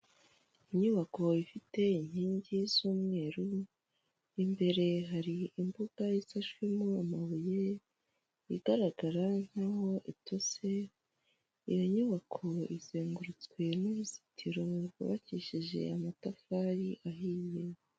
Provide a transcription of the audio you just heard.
Inyubako iteye inkingi z'umweru imbere hari imbuga isashwemo amabuye iigaragara nk'aho itose, iyo nyubako izengurutse n'uruzitiro rwubakishije amatafari ahiye.